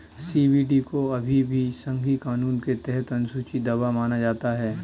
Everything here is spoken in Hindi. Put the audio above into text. सी.बी.डी को अभी भी संघीय कानून के तहत अनुसूची दवा माना जाता है